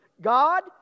God